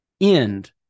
end